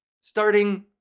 Starting